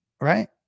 right